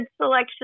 selection